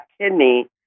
kidney